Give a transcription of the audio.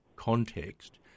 context